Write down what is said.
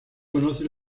conoce